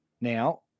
Now